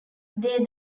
they